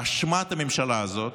באשמת הממשלה הזאת,